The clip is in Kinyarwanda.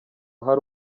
hari